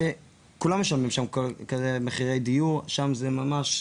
שכולם משלמים שם מחירי דיור, זה ממש מטורף.